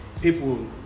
people